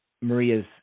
Maria's